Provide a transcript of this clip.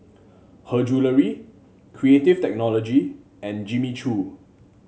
Her Jewellery Creative Technology and Jimmy Choo